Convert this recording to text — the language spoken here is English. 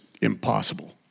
impossible